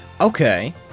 okay